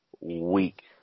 week